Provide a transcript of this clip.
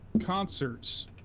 concerts